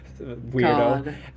weirdo